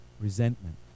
resentment